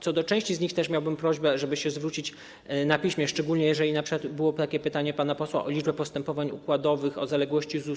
Co do części z nich miałbym prośbę, żeby się zwrócić na piśmie, szczególnie, jeżeli np. było pytanie pana posła o liczbę postępowań układowych, o zaległości ZUS.